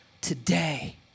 today